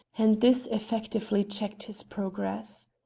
and this effectively checked his progress.